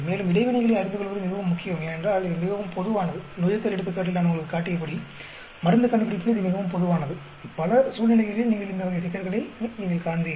மேலும் இடைவினைகளை அறிந்து கொள்வது மிகவும் முக்கியம் ஏனென்றால் இது மிகவும் பொதுவானது நொதித்தல் எடுத்துக்காட்டில் நான் உங்களுக்குக் காட்டியபடி மருந்து கண்டுபிடிப்பில் இது மிகவும் பொதுவானது பல சூழ்நிலைகளில் இந்த வகை சிக்கல்களை நீங்கள் காண்பீர்கள்